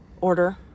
Order